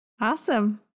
Awesome